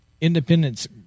Independence